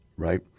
Right